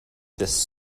this